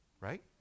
right